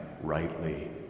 rightly